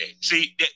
See